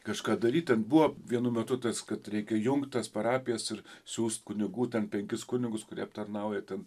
kažką daryt ten buvo vienu metu tas kad reikia jungt tas parapijas ir siųst kunigų ten penkis kunigus kurie aptarnauja ten